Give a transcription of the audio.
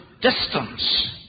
distance